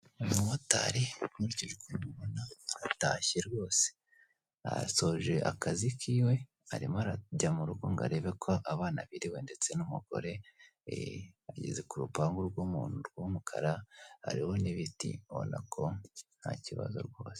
Umumotari gutya uri kumubona aratashye rwose asoje akazi kiwe arimo arajya mu rugo ngo arebe ko abana biriwe ndetse n'umugore, ageze ku rupangu rw'umuntu rw'umukara hariho n'ibiti ubona ko nta kibazo rwose.